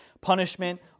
punishment